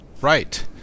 Right